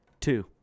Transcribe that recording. Two